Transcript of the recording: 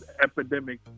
epidemic